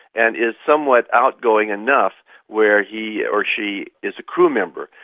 and is somewhat outgoing enough where he or she is a crew member.